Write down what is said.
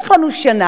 זה לקח לנו שנה.